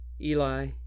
Eli